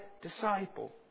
disciple